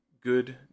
good